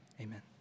Amen